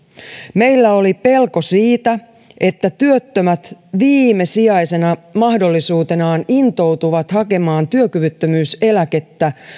meillä oli pelko siitä että työttömät viimesijaisena mahdollisuutenaan intoutuvat hakemaan työkyvyttömyyseläkettä